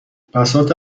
بساط